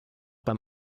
beim